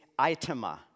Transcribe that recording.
itema